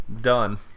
done